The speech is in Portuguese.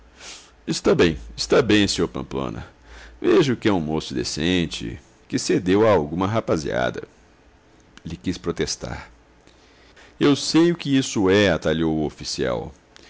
está bem está bem sr plampona vejo que é um moço decente que cedeu a alguma rapaziada ele quis protestar eu sei o que isso é atalhou o oficial